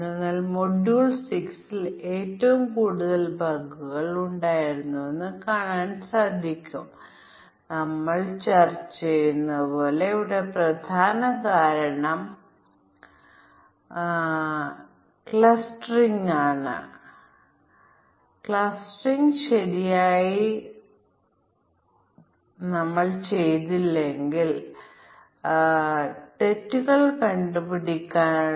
അതിനാൽ b2 4ac യുടെ മൂല്യങ്ങൾ എന്താണെന്നതിനെ ആശ്രയിച്ച് സംഭവിച്ചേക്കാവുന്ന വ്യത്യസ്ത സാഹചര്യങ്ങളിൽ നമുക്ക് വ്യത്യസ്ത പരിഹാരങ്ങൾ ഉണ്ടായേക്കാം